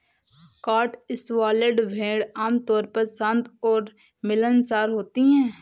Cotswold भेड़ आमतौर पर शांत और मिलनसार होती हैं